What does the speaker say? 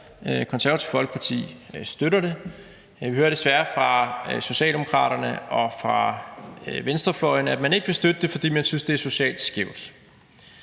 Konservative Folkeparti støtter det, men jeg hører desværre fra Socialdemokraterne og fra venstrefløjen, at man ikke vil støtte det, fordi man synes, det er socialt skævt.